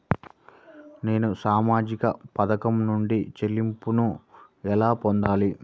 నేను సామాజిక పథకం నుండి చెల్లింపును ఎలా పొందాలి?